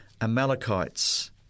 Amalekites